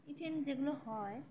যেগুলো হয়